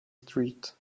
street